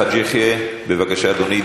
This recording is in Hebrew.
חאג' יחיא, בבקשה, אדוני.